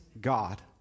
God